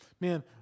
Man